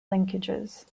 linkages